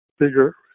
bigger